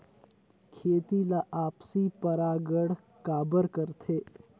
खेती ला आपसी परागण काबर करथे?